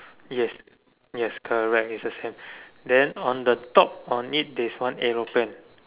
yes yes correct is the same then on the top on it there is one aeroplane